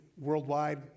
worldwide